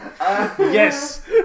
Yes